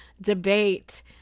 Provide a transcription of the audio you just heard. debate